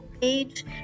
page